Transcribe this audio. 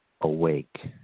awake